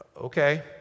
Okay